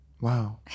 wow